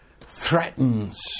threatens